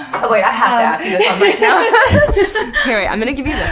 i i'm going to give yeah